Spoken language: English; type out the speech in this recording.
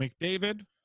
McDavid